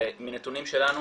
ומנתונים שלנו